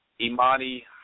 Imani